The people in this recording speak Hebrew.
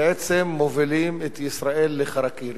בעצם מובילים את ישראל לחרקירי.